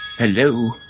Hello